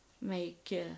make